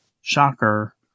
Shocker